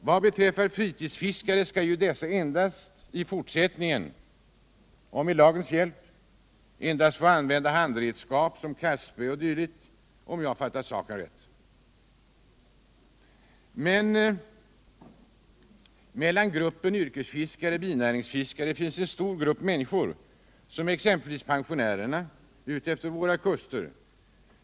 Vad beträffar fritidsfiskarna skall dessa, med tagens hjälp, endast komma att få använda handredskap som kastspö o. d., om jag fattat saken rätt. Mcn mellan yrkesfiskare och binäringsfiskare finns en stor grupp minniskor, som t.ex. pensionärerna utefter våra kuster.